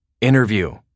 interview